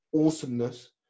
awesomeness